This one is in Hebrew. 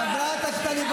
לא לעולם חוסן.